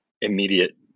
immediate